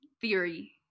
theory